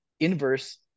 inverse